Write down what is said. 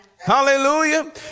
Hallelujah